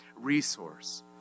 resource